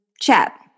chat